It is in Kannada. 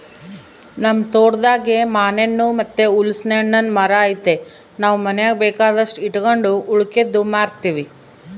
ನಮ್ ತೋಟದಾಗೇ ಮಾನೆಣ್ಣು ಮತ್ತೆ ಹಲಿಸ್ನೆಣ್ಣುನ್ ಮರ ಐತೆ ನಾವು ಮನೀಗ್ ಬೇಕಾದಷ್ಟು ಇಟಗಂಡು ಉಳಿಕೇದ್ದು ಮಾರ್ತೀವಿ